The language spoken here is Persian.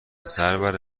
سرور